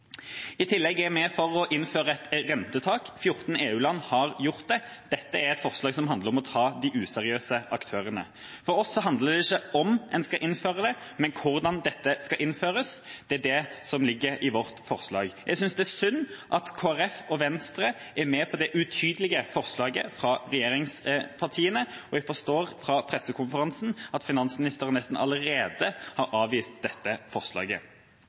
er i tillegg for å innføre et rentetak. 14 EU-land har gjort det. Dette er et forslag som handler om å ta de useriøse aktørene. For oss handler det ikke om hvorvidt en skal innføre det, men om hvordan dette skal innføres. Det er det som ligger i vårt forslag. Jeg synes det er synd at Kristelig Folkeparti og Venstre er med på det utydelige forslaget fra regjeringspartiene, og jeg forstår fra pressekonferansen at finansministeren nesten allerede har avvist dette forslaget.